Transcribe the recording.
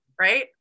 Right